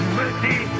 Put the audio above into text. mercy